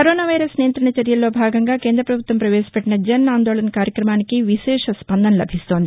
corona virus నియంతణ చర్యల్లో భాగంగా కేందృపభుత్వం పవేశపెట్టిన జన్ ఆందోళన్ కార్యక్రమానికి విశేష స్పందన లభిస్తోంది